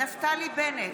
נפתלי בנט,